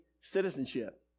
citizenship